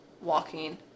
walking